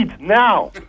now